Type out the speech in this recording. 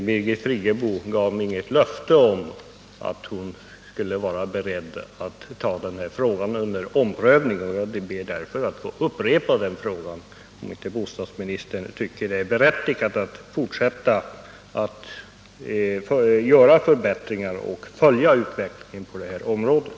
Birgit Friggebo gav inget löfte om att hon skulle vara beredd att ta den här frågan under omprövning, och jag ber därför att få upprepa: Tycker bostadsministern att det är berättigat att fortsätta att göra förbättringar och följa utvecklingen på det här området?